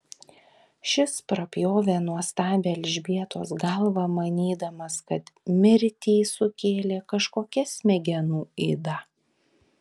šis prapjovė nuostabią elžbietos galvą manydamas kad mirtį sukėlė kažkokia smegenų yda